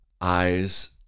eyes